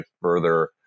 further